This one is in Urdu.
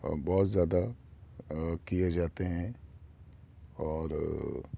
بہت زیادہ کیے جاتے ہیں اور